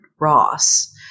Ross